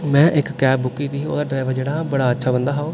में इक cab book कीती ही ओह्दा ड्राइवर जेह्ड़ा बड़ा अच्छा बंदा हा ओह्